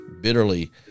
bitterly